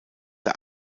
der